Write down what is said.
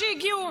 שהגיעו,